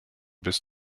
bis